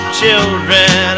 children